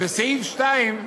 בסעיף (2)